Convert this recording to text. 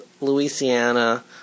Louisiana